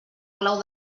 clau